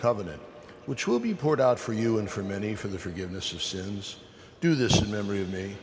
covenant which will be poured out for you and for many for the forgiveness of sins do this in memory of me